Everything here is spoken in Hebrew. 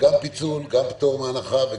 גם פיצול, גם פטור מהנחה.